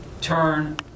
turn